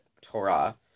Torah